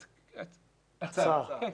כן,